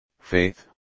faith